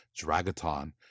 Dragaton